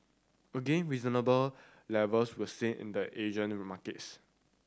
again reasonable levels were seen in the Asian markets